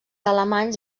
alemanys